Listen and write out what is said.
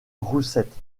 roussettes